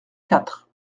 quatre